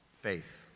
Faith